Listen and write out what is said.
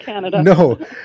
no